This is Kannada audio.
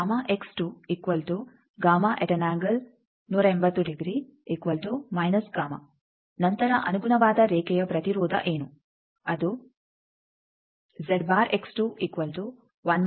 ನಂತರ ಅನುಗುಣವಾದ ರೇಖೆಯ ಪ್ರತಿರೋಧ ಏನು ಅದು ಆಗಿರುತ್ತದೆ